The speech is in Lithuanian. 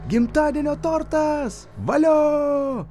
gimtadienio tortas valio